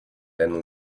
then